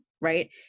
right